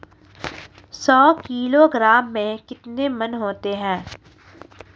सौ किलोग्राम में कितने मण होते हैं?